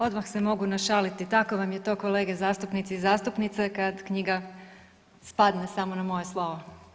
Odmah se mogu našaliti, tako vam je to kolege zastupnici i zastupnice kad knjiga spadne samo na moje slovo.